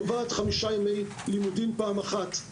ראשית, היא קובעת חמישה ימי לימודים בשבוע.